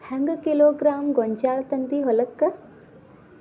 ಹೆಂಗ್ ಕಿಲೋಗ್ರಾಂ ಗೋಂಜಾಳ ತಂದಿ ಹೊಲಕ್ಕ?